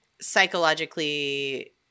psychologically